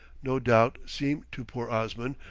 no doubt seem to poor osman,